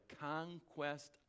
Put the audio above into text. conquest